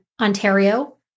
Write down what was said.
Ontario